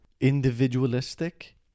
individualistic